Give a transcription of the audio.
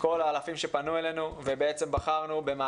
מכל האלפים שפנו אלינו ובעצם בחרנו בנושא